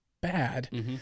bad